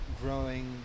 growing